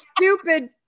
stupid